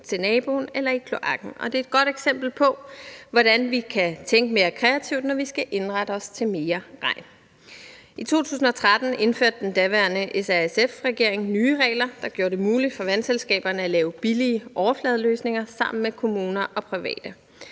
til naboen eller i kloakken, og det er et godt eksempel på, hvordan vi kan tænke mere kreativt, når vi skal indrette os på mere regn. I 2013 indførte den daværende S-R-SF-regering nye regler, der gjorde det muligt for vandselskaberne at lave billige overfladeløsninger sammen med kommuner og private.